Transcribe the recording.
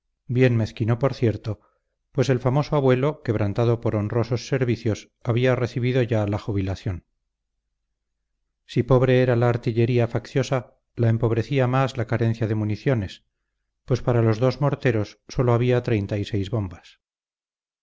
bien mezquino por cierto pues el famoso abuelo quebrantado por honrosos servicios había recibido ya la jubilación si pobre era la artillería facciosa la empobrecía más la carencia de municiones pues para los dos morteros sólo había treinta y seis bombas